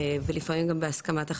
ולפעמים גם בהסכמת החברות,